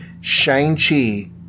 Shang-Chi